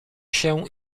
się